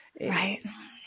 right